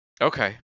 Okay